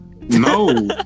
No